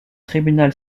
tribunal